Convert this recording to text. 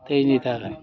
दैनि थाखाय